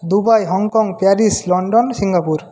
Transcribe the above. Dubai Hong Kong Paris London Singapore